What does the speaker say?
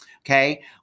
okay